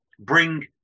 bring